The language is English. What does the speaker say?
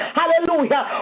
hallelujah